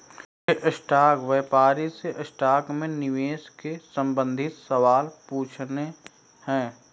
मुझे स्टॉक व्यापारी से स्टॉक में निवेश के संबंधित सवाल पूछने है